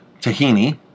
tahini